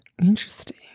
Interesting